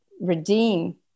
redeem